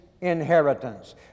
inheritance